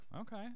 okay